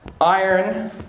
iron